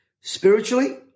spiritually